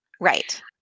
Right